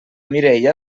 mireia